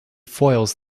foils